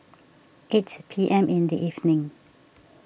eight P M in the evening